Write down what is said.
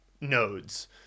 nodes